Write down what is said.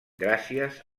gràcies